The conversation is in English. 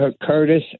Curtis